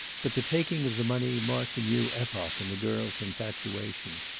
but the taking of the money marked a new epoch in the girl's infatuation.